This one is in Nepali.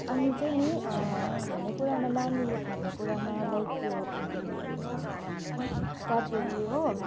अनि चाहिँ नि खानेकुरामा नानीले खानेकुरामा लाइक यो क्याडबरी हो